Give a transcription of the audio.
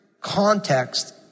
context